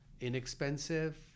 inexpensive